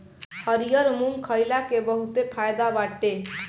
हरिहर मुंग खईला के बहुते फायदा बाटे